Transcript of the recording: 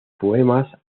poemas